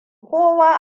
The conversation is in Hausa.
kowa